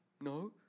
No